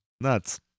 Nuts